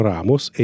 Ramos